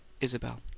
Isabel